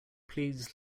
please